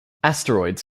asteroids